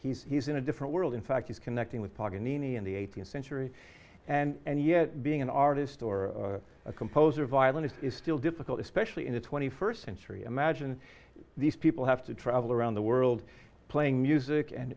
he's he's in a different world in fact he's connecting with pogany in the eighteenth century and yet being an artist or a composer violinist is still difficult especially in the twenty first century imagine these people have to travel around the world playing music